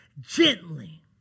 gently